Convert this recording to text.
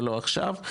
ולא עכשיו,